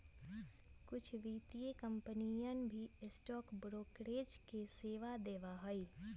कुछ वित्तीय कंपनियन भी स्टॉक ब्रोकरेज के सेवा देवा हई